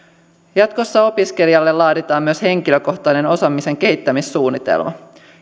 jatkossa opiskelijalle laaditaan myös henkilökohtainen osaamisen kehittämissuunnitelma